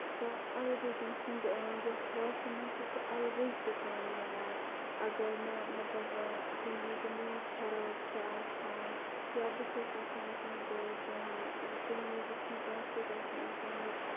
سۄ اَلگٕے تٔمۍ سٕنٛدۍ یَتھ ووٚیسہِ مَنٛز اَلگٕے سکوٗن مِلان اَگَر مےٚ مَطلَب کُنہِ وِزِ موٗڈ خَراب چھُ آسان یا بہٕ چھَس یٚژھان کینٛہہ بوزُن کُنہِ وِزِ چھُنہٕ کٲنٛسہِ سۭتۍ آسان اِنسانَس